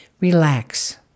Relax